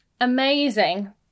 Amazing